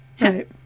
Right